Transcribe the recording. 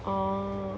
oh